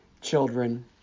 children